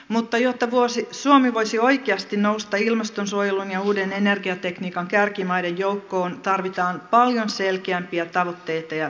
mutta jotta suomi voisi oikeasti nousta ilmastonsuojelun ja uuden energiatekniikan kärkimaiden joukkoon tarvitaan paljon selkeämpiä tavoitteita ja konkreettisempia toimia